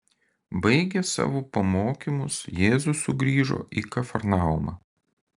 baigęs savo pamokymus jėzus sugrįžo į kafarnaumą